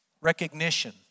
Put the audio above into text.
recognition